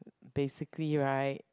basically right